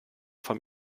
vom